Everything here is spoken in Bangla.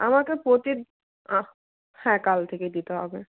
আমাকে প্রতি হ্যাঁ কাল থেকেই দিতে হবে